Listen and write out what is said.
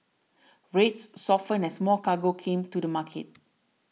rates softened as more cargo came to the market